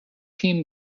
him